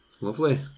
Lovely